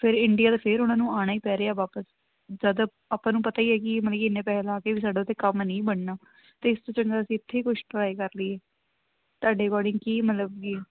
ਫਿਰ ਇੰਡੀਆ ਦੇ ਫੇਰ ਉਹਨਾਂ ਨੂੰ ਆਉਣਾ ਹੀ ਪੈ ਰਿਹਾ ਵਾਪਿਸ ਜਦ ਆਪਾਂ ਨੂੰ ਪਤਾ ਹੀ ਹੈ ਕਿ ਮਤਲਬ ਕਿ ਇੰਨੇ ਪੈਸੇ ਲਾ ਕੇ ਵੀ ਸਾਡਾ ਉਥੇ ਕੰਮ ਨਹੀਂ ਬਣਨਾ ਤਾਂ ਇਸ ਤੋਂ ਚੰਗਾ ਅਸੀਂ ਇੱਥੇ ਹੀ ਕੁਝ ਟਰਾਈ ਕਰ ਲਈਏ ਤੁਹਾਡੇ ਅਕੋਰਡਿੰਗ ਕੀ ਮਤਲਬ ਬਈ